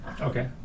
Okay